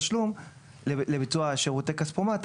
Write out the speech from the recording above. לביצוע שירותי כספומט,